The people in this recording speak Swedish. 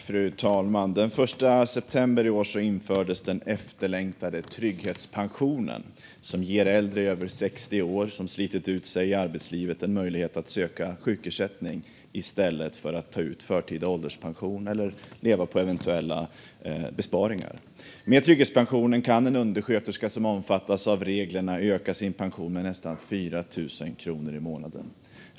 Fru talman! Den 1 september i år infördes den efterlängtade trygghetspensionen, som ger äldre över 60 år som slitit ut sig i arbetslivet en möjlighet att söka sjukersättning i stället för att ta ut förtida ålderspension eller leva på eventuella besparingar. Med trygghetspensionen kan en undersköterska som omfattas av reglerna öka sin pension med nästan 4 000 kronor i månaden.